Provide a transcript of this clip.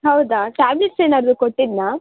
ಹೌದಾ ಟ್ಯಾಬ್ಲೆಟ್ಸ್ ಏನಾದ್ರೂ ಕೊಟ್ಟಿದ್ದೆನಾ